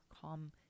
calm